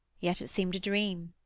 yet it seemed a dream,